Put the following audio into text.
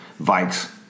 Vikes